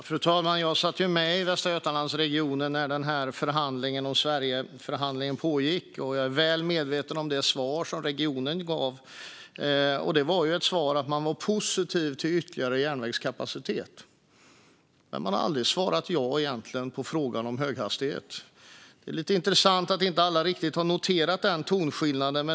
Fru talman! Jag satt ju med i Västra Götalandsregionens utvecklingsnämnd när Sverigeförhandlingen pågick, och jag är väl medveten om det svar som regionen gav. Det var att man var positiv till ytterligare järnvägskapacitet. Men man har egentligen aldrig svarat ja på frågan om höghastighet. Det är intressant att alla inte riktigt noterat den tonskillnaden.